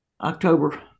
October